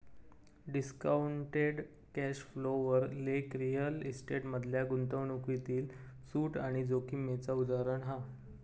discounted cash flow वर लेख real estate मधल्या गुंतवणूकीतील सूट आणि जोखीमेचा उदाहरण हा